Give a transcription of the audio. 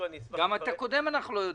גם על הקודם אנחנו לא יודעים.